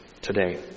today